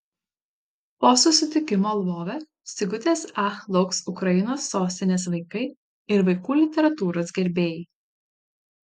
po susitikimo lvove sigutės ach lauks ukrainos sostinės vaikai ir vaikų literatūros gerbėjai